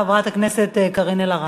חברת הכנסת קארין אלהרר.